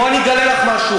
בואי אני אגלה לך משהו.